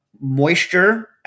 moisture